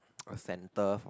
a center for